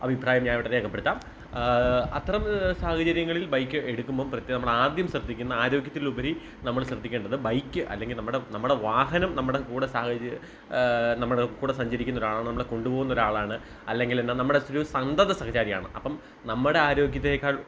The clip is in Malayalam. അഭിപ്രായം ഞാൻ ഇവിടെ രേഖപ്പെടുത്താം അത്തരം സാഹചര്യങ്ങളിൽ ബൈക്ക് എടുക്കുമ്പം പ്രത്യേകം നമ്മൾ ആദ്യം ശ്രദ്ധിക്കുന്ന ആരോഗ്യത്തിലുപരി നമ്മൾ ശ്രദ്ധിക്കേണ്ടത് ബൈക്ക് അല്ലെങ്കിൽ നമ്മുടെ നമ്മുടെ വാഹനം നമ്മുടെ കൂടെ സാഹചര്യ നമ്മുടെ കൂടെ സഞ്ചരിക്കുന്ന ഒരാളാണ് നമ്മളെ കൊണ്ടുപോകുന്ന ഒരാളാണ് അല്ലെങ്കിലെന്താണ് നമ്മുടെ ഒരു സന്തതസഹചാരിയാണ് അപ്പം നമ്മുടെ ആരോഗ്യത്തിനേക്കാൾ